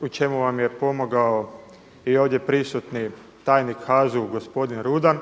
u čemu vam je pomogao i ovdje prisutni tajnik HAZU gospodine Rudan